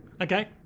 Okay